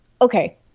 okay